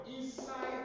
inside